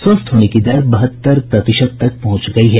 स्वस्थ होने की दर बहत्तर प्रतिशत तक पहुंच गयी है